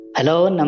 Hello